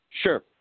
Sure